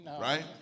right